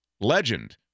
legend